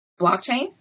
Blockchain